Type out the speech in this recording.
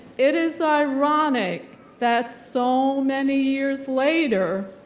it is ironic that so many years later,